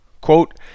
quote